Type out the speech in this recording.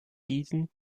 diesen